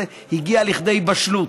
הגיע לכדי בשלות,